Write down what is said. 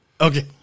Okay